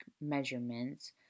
measurements